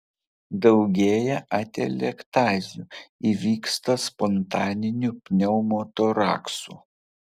daugėja atelektazių įvyksta spontaninių pneumotoraksų